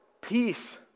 peace